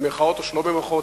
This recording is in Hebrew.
במירכאות או שלא במירכאות,